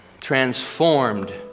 transformed